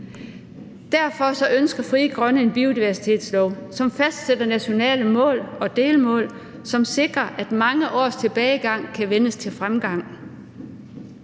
Derfor ønsker Frie Grønne en biodiversitetslov, som fastsætter nationale mål og delmål, som sikrer, at mange års tilbagegang kan vendes til fremgang.